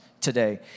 today